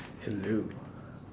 hello